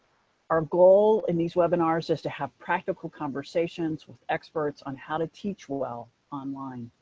our goal in these webinars is to have practical conversations with experts on how to teach well online.